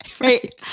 Right